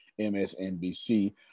MSNBC